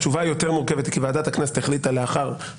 התשובה היותר מורכבת היא כי ועדת הכנסת החליטה שבמסגרת